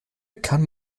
kann